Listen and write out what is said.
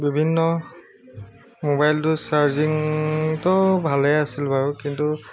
বিভিন্ন মোবাইলটোৰ চাৰ্জিংটোও ভালে আছিল বাৰু কিন্তু